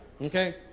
Okay